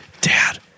dad